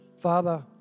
Father